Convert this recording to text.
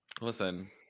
Listen